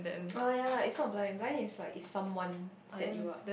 oh yea lah it's not blind blind is like if someone set you up